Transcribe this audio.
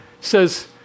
says